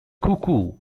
cuckoo